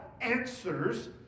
answers